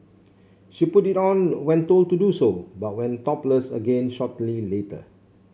she put it on when told to do so but went topless again shortly later